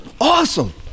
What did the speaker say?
awesome